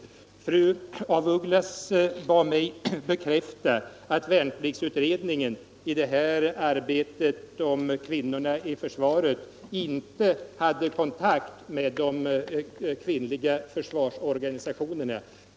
Fru af Ugglas bad mig bekräfta att värnpliktsutredningen när det gällde kvinnorna i försvaret inte hade kontakt med de kvinnliga försvarsorganisationerna.